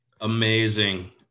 Amazing